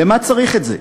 למה צריך את זה?